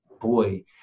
boy